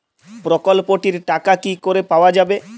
প্রকল্পটি র টাকা কি করে পাওয়া যাবে?